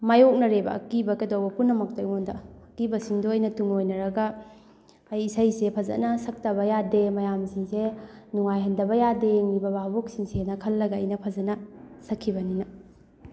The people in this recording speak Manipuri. ꯃꯌꯣꯛꯅꯔꯦꯕ ꯑꯀꯤꯕ ꯀꯩꯗꯧꯕ ꯄꯨꯝꯅꯃꯛꯇꯣ ꯑꯩꯉꯣꯟꯗ ꯑꯀꯤꯕꯁꯤꯡꯗꯣ ꯑꯩꯅ ꯇꯨꯡꯑꯣꯏꯅꯔꯒ ꯑꯩ ꯏꯁꯩꯁꯦ ꯐꯖꯅ ꯁꯛꯇꯕ ꯌꯥꯗꯦ ꯃꯌꯥꯝꯁꯤꯡꯁꯦ ꯅꯨꯡꯉꯥꯏꯍꯟꯗꯕ ꯌꯥꯗꯦ ꯌꯦꯡꯉꯤꯕ ꯚꯥꯕꯣꯛꯁꯤꯡꯁꯦꯅ ꯈꯜꯂꯒ ꯑꯩꯅ ꯐꯖꯅ ꯁꯛꯈꯤꯕꯅꯤꯅ